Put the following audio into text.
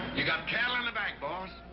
you got cattle in the bank, boss.